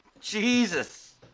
Jesus